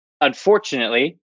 unfortunately